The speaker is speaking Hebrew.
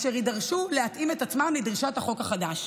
והם יידרשו להתאים את עצמם לדרישת החוק החדש.